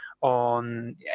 on